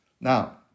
Now